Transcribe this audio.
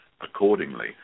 accordingly